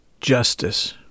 justice